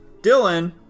Dylan